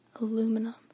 aluminum